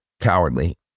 cowardly